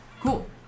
Cool